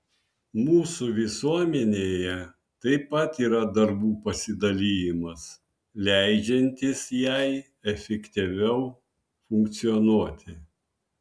mūsų visuomenėje taip pat yra darbų pasidalijimas leidžiantis jai efektyviau funkcionuoti